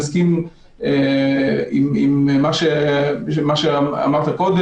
לעמוד לעיני הוועדה מעבר למה שיש בהמשך מבחן.